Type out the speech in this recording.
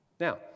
Now